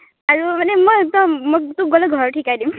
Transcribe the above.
আৰু মানে মই একদম মই তোক গ'লে ঘৰত শিকাই দিম